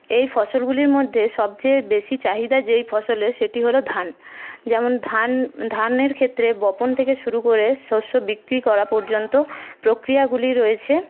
এই ফসলগুলির মধ্যে সবচেয়ে বেশি চাহিদা যেই ফসলের সেটি হলো ধান যেমন ধান ধানের ক্ষেত্রে বপন থেকে শুরু করে শস্য বিক্রি করা পর্যন্ত প্রক্রিয়াগুলি রয়েছে